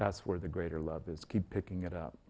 that's where the greater love is keep picking it